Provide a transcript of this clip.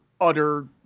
utter